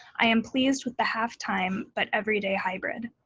i am pleased with the half time but every day hybrid.